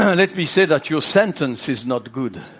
ah let me say that your sentence is not good.